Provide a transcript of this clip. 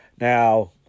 Now